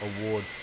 Award